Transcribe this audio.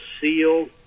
seal